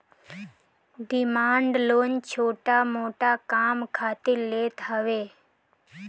demand loan छोट मोट काम खातिर लेत हवे